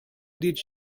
did